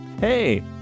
hey